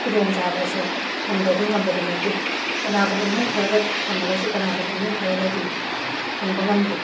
ꯈꯨꯗꯣꯡꯆꯥꯕ ꯑꯁꯦ ꯐꯪꯕꯗꯤ ꯉꯝꯕꯗꯤ ꯅꯠꯇꯦ ꯀꯅꯥꯒꯨꯝꯕ ꯏꯃꯨꯡ ꯈꯔꯗ ꯐꯪꯉꯒꯁꯨ ꯀꯅꯥꯒꯨꯝꯕ ꯏꯃꯨꯡ ꯈꯔꯗꯗꯤ ꯐꯪꯕ ꯉꯝꯗꯦ